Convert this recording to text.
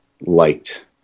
liked